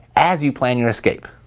as you plan your escape.